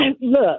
look